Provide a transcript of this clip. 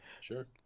Sure